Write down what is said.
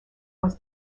was